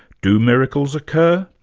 do miracles occur?